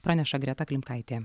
praneša greta klimkaitė